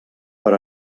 per